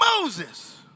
Moses